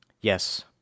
Yes